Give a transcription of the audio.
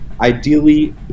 Ideally